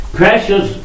precious